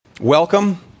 Welcome